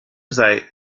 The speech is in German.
sei